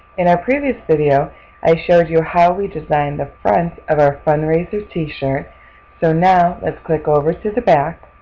in our previous video i showed you how we designed the front of our fundraiser t-shirt so now let's click over to the back